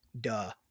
Duh